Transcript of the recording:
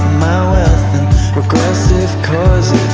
wealth and regressive causes